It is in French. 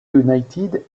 united